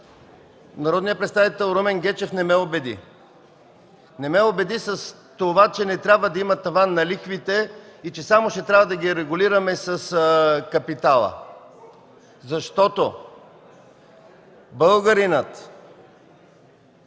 Народният председател Румен Гечев не ме убеди с това, че не трябва да има таван на лихвите, че само ще трябва да ги регулираме с капитала, защото българинът